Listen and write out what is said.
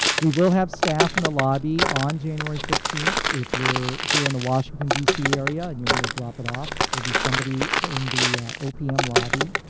we will have staff in the lobby on january fifteen. if you're here in the washington, d c. area and you want to drop it off, there will be somebody in the opm lobby,